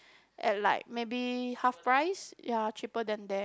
at like maybe half price ya cheaper than them